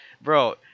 Bro